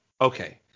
okay